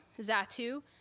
Zatu